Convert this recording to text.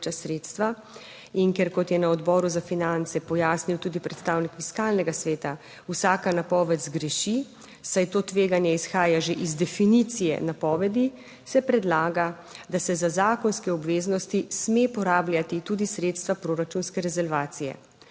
sredstva in ker, kot je na Odboru za finance pojasnil tudi predstavnik Fiskalnega sveta, vsaka napoved zgreši. Saj to tveganje izhaja že iz definicije napovedi, se predlaga, da se za zakonske obveznosti sme porabljati tudi sredstva proračunske rezervacije.